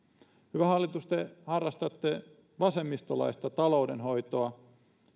hyvä hallitus te harrastatte vasemmistolaista taloudenhoitoa